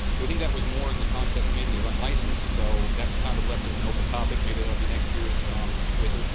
we think that was more in the context, maybe, of unlicensed, so that's kind of left as an open topic. maybe that will be next year's wsrd. ah